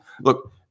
look